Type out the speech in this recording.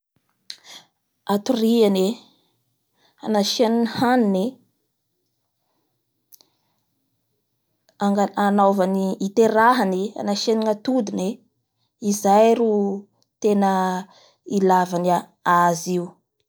Atoriany anasiany ny haniony e, anga-anaovany- iterahany esy asnasiany gnatodiny e! izay ro tena ilaivania- azy io.